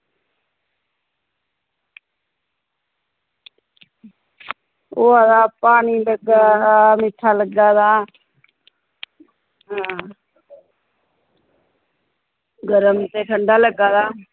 ओह् होआ दा पानी लग्गा दा मिट्ठा लग्गा दा हां गरम ते ठंडा लग्गा दा